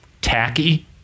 tacky